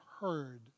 heard